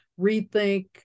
rethink